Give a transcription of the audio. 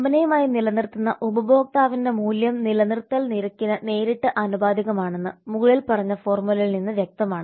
കമ്പനിയുമായി നിലനിർത്തുന്ന ഉപഭോക്താവിന്റെ മൂല്യം നിലനിർത്തൽ നിരക്കിന് നേരിട്ട് ആനുപാതികമാണെന്ന് മുകളിൽ പറഞ്ഞ ഫോർമുലയിൽ നിന്ന് വ്യക്തമാണ്